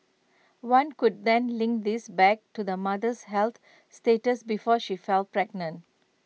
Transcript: one could then link this back to the mother's health status before she fell pregnant